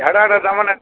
ଝାଡ଼ା ଟା ତା'ର୍ମାନେ